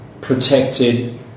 protected